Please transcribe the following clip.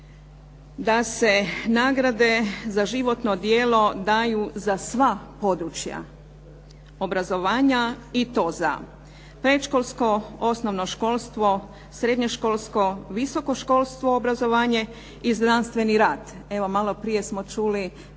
da se nagrade za životno djelo daju za sva područja obrazovanja i to za predškolsko, osnovno školstvo, srednje školstvo, visoko školsko obrazovanje i znanstveni rad. Evo malo prije smo čuli, predsjednik